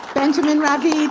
benjamin ravid,